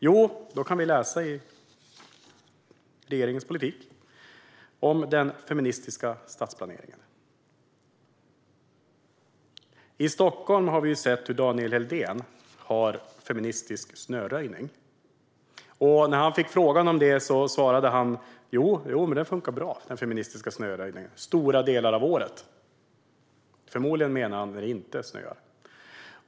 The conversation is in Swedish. Jo, då kan vi läsa i regeringens politik om den feministiska stadsplaneringen. I Stockholm har vi sett att Daniel Helldén har feministisk snöröjning. När han fick frågor om det svarade han att den feministiska snöröjningen funkar bra - stora delar av året. Förmodligen menar han när det inte snöar.